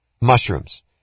mushrooms